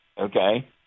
Okay